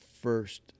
first